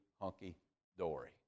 hunky-dory